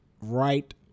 right